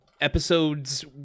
episodes